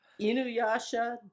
Inuyasha